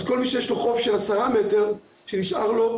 אז כל מי שיש לו חוף של עשרה מטר שנשאר לו,